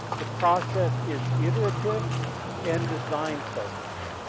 the process is iterative and designed focused.